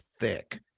thick